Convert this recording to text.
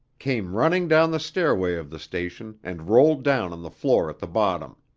came running down the stairway of the station and rolled down on the floor at the bottom.